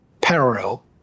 parallel